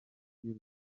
y’u